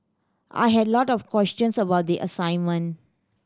I had a lot of questions about the assignment